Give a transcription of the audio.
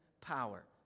power